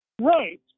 Right